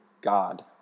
God